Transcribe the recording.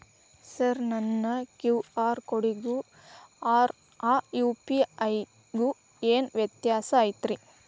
Sir ನನ್ನ QR ಕೊಡಿಗೂ ಆ ಯು.ಪಿ.ಐ ಗೂ ಏನ್ ವ್ಯತ್ಯಾಸ ಐತ್ರಿ?